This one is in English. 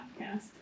podcast